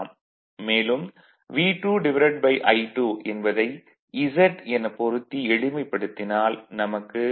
மேலும் V2I2 என்பதை Z எனப் பொருத்தி எளிமைப்படுத்தினால் நமக்கு V20 V2V2 Re2 p